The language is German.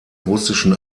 russischen